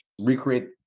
recreate